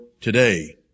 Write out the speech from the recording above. today